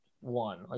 one